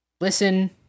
listen